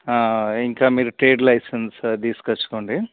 ఇంకా మీరు trade licence తీసుకొచ్చుకోండి